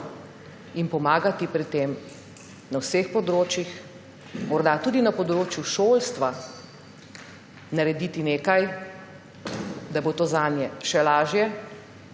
in pomagati pri tem na vseh področjih, morda tudi na področju šolstva narediti nekaj, da bo to zanje še lažje,